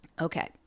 Okay